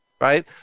right